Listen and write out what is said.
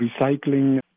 recycling